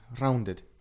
rounded